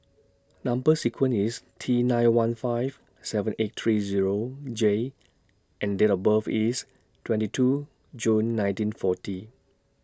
Number sequence IS T nine one five seven eight three Zero J and Date of birth IS twenty two June nineteen forty